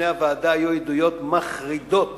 בפני הוועדה היו עדויות מחרידות